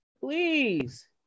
Please